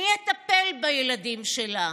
מי יטפל בילדים שלה?